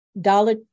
Dollar